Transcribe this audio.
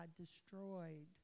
destroyed